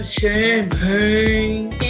champagne